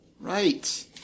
right